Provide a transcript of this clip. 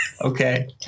Okay